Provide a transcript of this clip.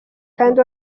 kandi